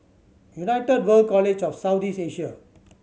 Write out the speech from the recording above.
United World College of South East Asia